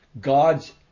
God's